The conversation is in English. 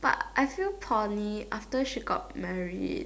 but I feel Corny after she got married